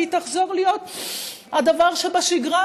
כי תחזור להיות הדבר שבשגרה,